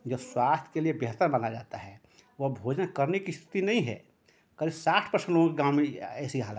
जो स्वास्थ के लिये बेहतर माना जाता है वो भोजन करने की स्थिति नहीं है करीब साठ पर्सेन्ट लोगों की गाँव में ऐेसी हालत है